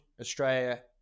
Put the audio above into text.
australia